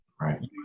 Right